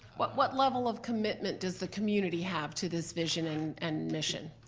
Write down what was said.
but what level of commitment does the community have to this vision and and mission?